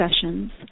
sessions